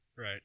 Right